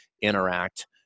interact